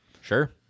Sure